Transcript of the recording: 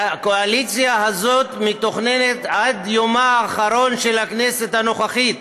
הקואליציה הזאת מתוכננת עד יומה האחרון של הכנסת הנוכחית.